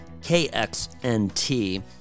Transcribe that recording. KXNT